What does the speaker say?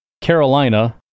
Carolina